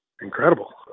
incredible